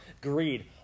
Greed